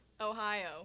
Ohio